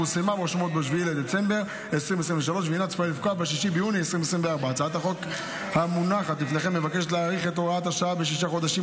פורסמה ברשומות ב-7 בדצמבר 2023 והינה צפויה לפקוע ב־6 ביוני 2024. הצעת החוק המונחת לפניכם מבקשת להאריך את הוראת השעה בשישה חודשים,